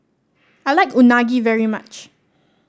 I like Unagi very much